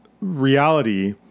reality